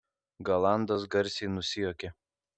galandas garsiai nusijuokė